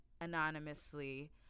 anonymously